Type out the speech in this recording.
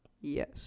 Yes